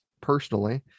personally